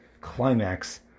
climax